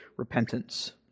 repentance